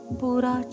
pura